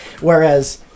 Whereas